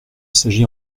s’agit